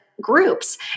groups